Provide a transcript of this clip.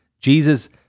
Jesus